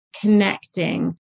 connecting